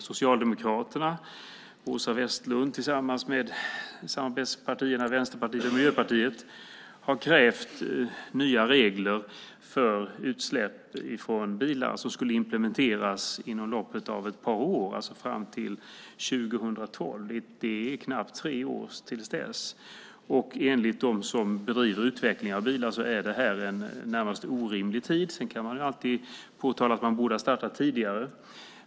Socialdemokraternas Åsa Westlund har tillsammans med samarbetspartierna Vänsterpartiet och Miljöpartiet krävt nya regler för utsläpp från bilar. Dessa skulle implementeras inom loppet av ett par år, till 2012. Det är knappt tre år till dess. Enligt dem som bedriver utveckling av bilar är detta en närmast orimlig tid - även om man alltid kan påtala att arbetet borde ha startats tidigare.